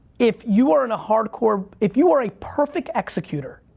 if you are in a hardcore. if you are a perfect executor,